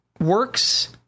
works